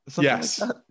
Yes